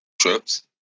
Trips